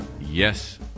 yes